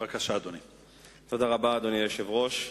אדוני היושב-ראש,